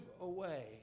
away